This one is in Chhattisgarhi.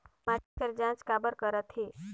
माटी कर जांच काबर करथे?